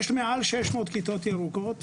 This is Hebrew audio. יש כרגע מעל 600 כיתות ירוקות.